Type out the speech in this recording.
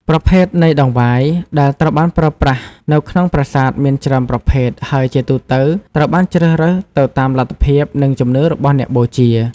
ប្រភេទនៃតង្វាយ ដែលត្រូវបានប្រើប្រាស់នៅក្នុងប្រាសាទមានច្រើនប្រភេទ ហើយជាទូទៅត្រូវបានជ្រើសរើសទៅតាមលទ្ធភាព និងជំនឿរបស់អ្នកបូជា។